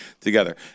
together